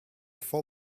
full